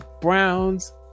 Browns